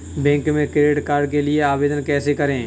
Bank में credit card के लिए आवेदन कैसे करें?